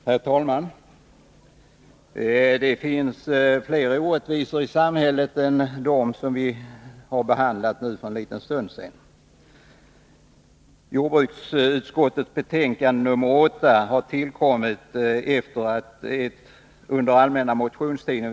Herr talman! Det finns fler orättvisor i samhället än den som vi just har behandlat. I jordbruksutskottets betänkande nr 8 behandlas ett par motioner som har väckts under den allmänna motionstiden.